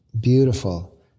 Beautiful